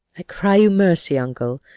i cry you mercy, uncle.